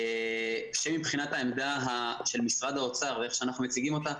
זה מבחינת העמדה של משרד האוצר או איך שאנחנו מציגים אותה.